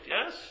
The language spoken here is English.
Yes